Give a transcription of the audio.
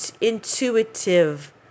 intuitive